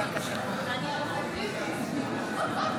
אינו נוכח יפעת שאשא ביטון,